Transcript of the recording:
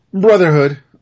Brotherhood